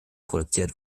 produziert